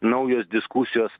naujos diskusijos